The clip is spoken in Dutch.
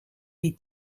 die